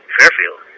Fairfield